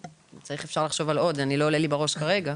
צריך לחשוב על עוד, לא עולה לי בראש כרגע.